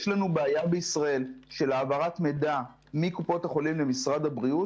יש לנו בעיה בישראל של העברת מידע מקופות החולים למשרד הבריאות.